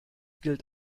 gilt